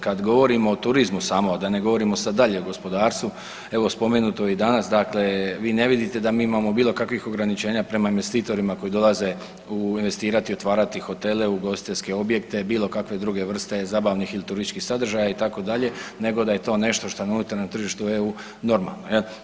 Kad govorimo o turizmu samo, a da ne govorimo sad dalje o gospodarstvu evo spomenuto je i danas dakle vi ne vidite da mi imamo bilo kakvih ograničenja prema investitorima koji dolaze u investirati i otvarati hotele, ugostiteljske objekte bilo kakve druge vrste zabavnih ili turističkih sadržaja itd., nego da je to nešto što je na unutarnjem tržištu normalno jel.